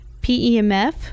PEMF